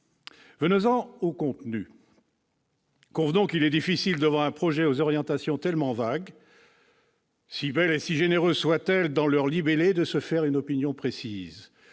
Venons-en au contenu. Convenons qu'il est difficile, devant un projet aux orientations tellement vagues- si belles et si généreuses soient-elles dans leur libellé -, de se faire une opinion précise.